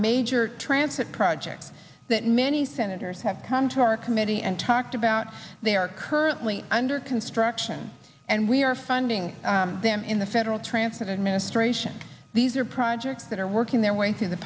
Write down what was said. major transit projects that many senators have come to our committee and talked about they are currently under construction and we are funding them in the federal transport administration these are projects that are working their way through the